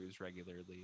regularly